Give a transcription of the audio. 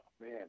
man